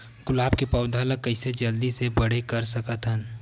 गुलाब के पौधा ल कइसे जल्दी से बड़े कर सकथन?